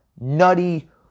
nutty